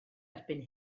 erbyn